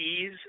ease